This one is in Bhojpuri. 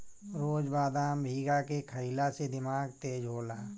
रोज बदाम भीगा के खइला से दिमाग तेज होला